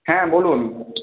হ্যাঁ বলুন